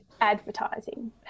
advertising